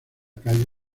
calle